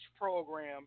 program